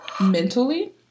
mentally